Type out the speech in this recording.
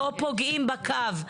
לא פוגעים בקו.